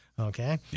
Okay